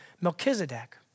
Melchizedek